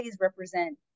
represent